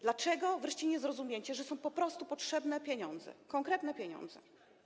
Dlaczego wreszcie nie zrozumiecie, że są po prostu potrzebne pieniądze, konkretne pieniądze?